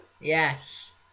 Yes